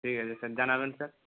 ঠিক আছে স্যার জানাবেন স্যার